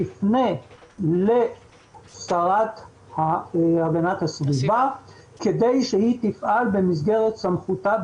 תפנה לשרה להגנת הסביבה כדי שהיא תפעל במסגרת סמכותה,